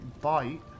bite